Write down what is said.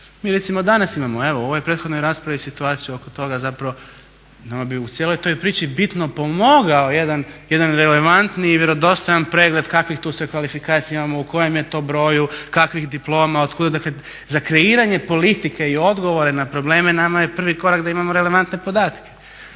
Mi recimo danas imamo evo u ovoj prethodnoj raspravi situaciju oko toga zapravo nam bi u cijeloj toj priči bitno pomogao jedan relevantni i vjerodostojan pregled kakvih tu sve kvalifikacija imamo, u kojem je to broju, kakvih diploma, otkuda, dakle za kreiranje politike i odgovore na probleme nama je prvi korak da imamo relevantne podatke.